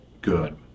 good